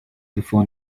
before